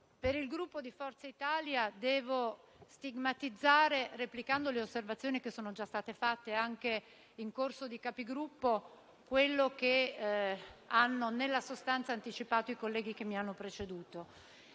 per il Gruppo Forza Italia, devo stigmatizzare, replicando le osservazioni che sono già state fatte anche in corso della Conferenza dei Capigruppo, quello che, nella sostanza, hanno anticipato i colleghi che mi hanno preceduto.